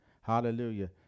Hallelujah